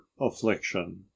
affliction